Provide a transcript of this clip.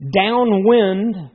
downwind